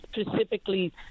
specifically